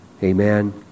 Amen